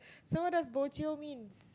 so what does bo jio means